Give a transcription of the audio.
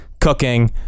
cooking